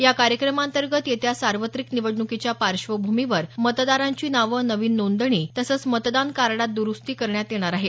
या कार्यक्रमाअंतर्गत येत्या सार्वत्रिक निवडणुकीच्या पार्श्वभूमीवर मतदारांची नावं नवीन नोंदणी तसंच मतदान कार्डात द्रुस्ती करण्यात येणार आहे